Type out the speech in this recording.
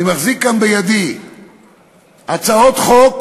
אני מחזיק כאן בידי הצעות חוק